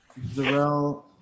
Zarel